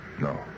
No